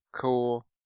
cool